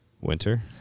winter